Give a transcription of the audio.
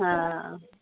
हा